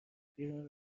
بیرون